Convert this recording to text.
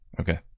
Okay